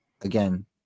again